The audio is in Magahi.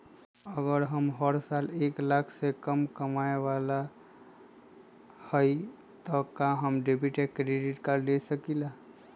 अगर हम हर साल एक लाख से कम कमावईले त का हम डेबिट कार्ड या क्रेडिट कार्ड ले सकीला?